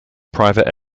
private